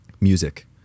music